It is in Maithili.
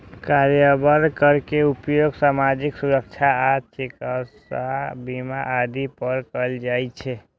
कार्यबल कर के उपयोग सामाजिक सुरक्षा आ चिकित्सा बीमा आदि पर कैल जाइ छै